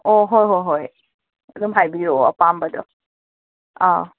ꯑꯣ ꯍꯣꯏ ꯍꯣꯏ ꯍꯣꯏ ꯑꯗꯨꯝ ꯍꯥꯏꯕꯤꯔꯛꯑꯣ ꯑꯄꯥꯝꯕꯗꯣ ꯑꯥ